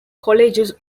colleges